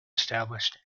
established